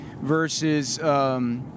versus